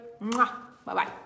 Bye-bye